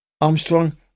Armstrong